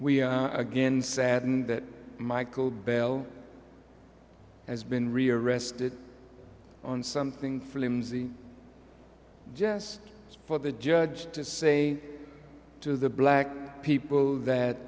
we are again saddened that mychal bell has been rearrested on something flimsy just for the judge to say to the black people that